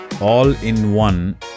all-in-one